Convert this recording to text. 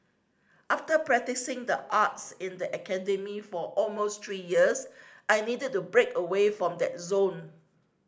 after practising the arts in the academy for almost three years I needed to break away from that zone